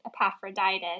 Epaphroditus